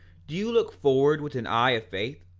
do you look forward with an eye of faith,